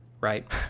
right